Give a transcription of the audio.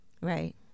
Right